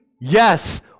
yes